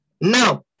Now